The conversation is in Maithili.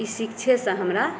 ई शिक्षेसँ हमरा